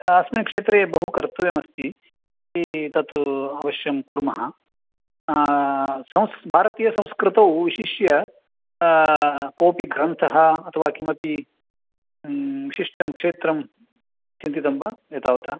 अस्मिन् क्षेत्रे बहु कर्तव्यमस्ति इति तत् अवश्यं कुर्मः सं भारतीयसंस्कृतौ विशिष्य कोपि ग्रन्थः अथवा किमपि विशिष्टं क्षेत्रं चिन्तितं वा एतावता